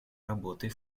работы